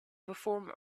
perform